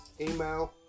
email